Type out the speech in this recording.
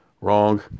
Wrong